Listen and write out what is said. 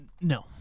No